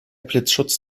blitzschutz